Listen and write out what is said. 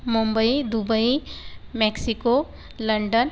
Mumbai Dubai Mexico London